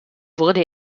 wurde